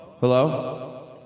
Hello